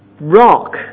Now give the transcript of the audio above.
rock